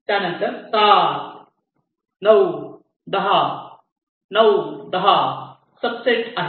त्यानंतर 7 9 10 9 10 सब सेट आहे